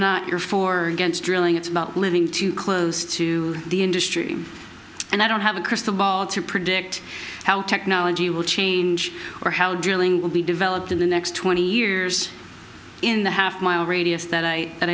not you're for or against drilling it's about living too close to the industry and i don't have a crystal ball to predict how technology will change or how drilling will be developed in the next twenty years in the half mile radius that i